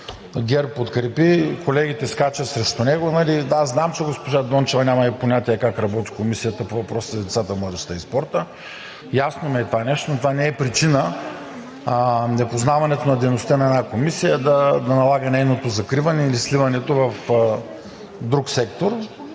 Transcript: ГЕРБ подкрепи, колегите скачат срещу него. Знам, че госпожа Дончева няма и понятие как работи Комисията по въпросите за децата, младежта и спорта. Ясно ми е това нещо, но това не е причина – непознаването на дейността на Комисията да налага нейното закриване или сливане в друг сектор.